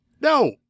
No